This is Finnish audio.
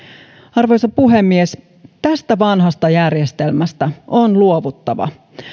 arvoisa puhemies tästä vanhasta järjestelmästä on luovuttava